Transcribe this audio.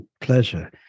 Pleasure